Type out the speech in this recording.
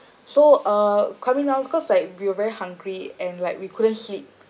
so uh coming down cause like we were very hungry and like we couldn't sleep